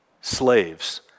Slaves